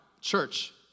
church